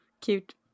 cute